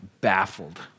baffled